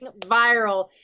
viral